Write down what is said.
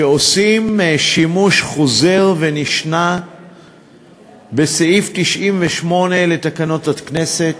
שעושים שימוש חוזר ונשנה בסעיף 98 לתקנון הכנסת,